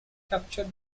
capture